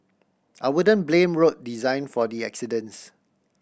I wouldn't blame road design for the accidents